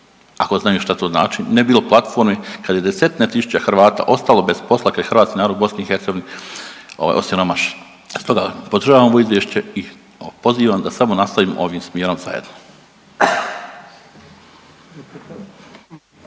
ako znaju šta to znači, ne bi bilo platformi kad je desetine tisuća Hrvata ostalo bez posla, kad je hrvatski narod u BiH osiromašen. Stoga podržavam ovo izvješće i pozivam da samo nastavimo ovim smjerom zajedno.